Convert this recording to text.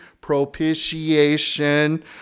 Propitiation